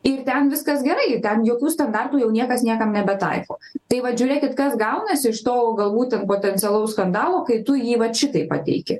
ir ten viskas gerai ir ten jokių standartų jau niekas niekam nebetaiko tai vat žiūrėkit kas gaunasi iš to galbūt ten potencialaus skandalo kai tu jį vat šitaip pateiki